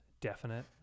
definite